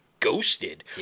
Ghosted